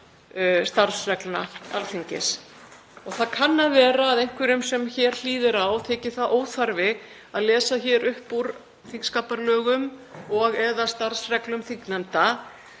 starfsreglna Alþingis. Það kann að vera að einhverjum sem hér hlýðir á þyki það óþarfi að lesa upp úr þingskapalögum og/eða starfsreglum þingnefnda